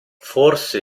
forse